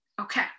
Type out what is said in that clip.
Okay